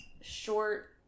short